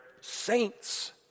saints